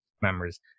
members